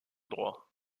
droit